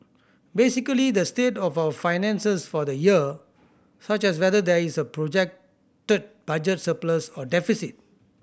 basically the state of our finances for the year such as whether there is a projected budget surplus or deficit